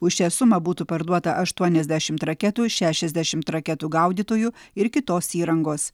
už šią sumą būtų parduota aštuoniasdešimt raketų šešiasdešimt raketų gaudytojų ir kitos įrangos